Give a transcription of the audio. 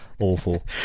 awful